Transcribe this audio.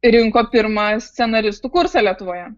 rinko pirmą scenaristų kursą lietuvoje